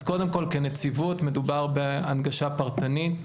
אז קודם כל כנציבות מדובר בהנגשה פרטנית,